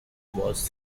was